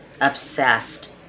obsessed